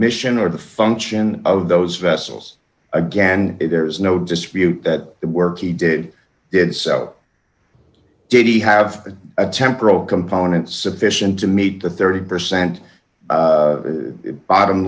mission or the function of those vessels again there's no dispute that the work he did did so did he have a temporal component sufficient to meet the thirty percent bottom